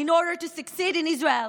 in order to succeed in Israel,